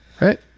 right